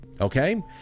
Okay